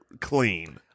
clean